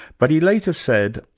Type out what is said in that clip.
but he later said,